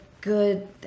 good